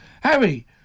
Harry